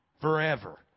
forever